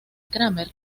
kramer